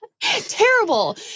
Terrible